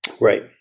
Right